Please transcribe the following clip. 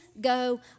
go